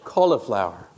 Cauliflower